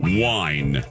wine